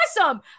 awesome